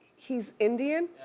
he's indian?